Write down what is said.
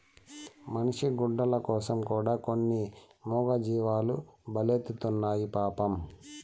మనిషి గుడ్డల కోసం కూడా కొన్ని మూగజీవాలు బలైతున్నాయి పాపం